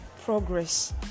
progress